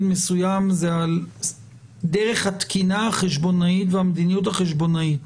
מסוים זה על דרך התקינה החשבונאית והמדיניות החשבונאית